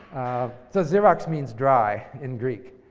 xerox means dry in greek.